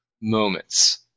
moments